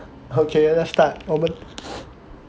okay let's start over